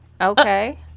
Okay